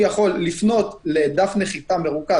הוא יכול לפנות לדף נחיתה מרוכז,